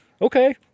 okay